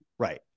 Right